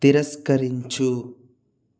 తిరస్కరించు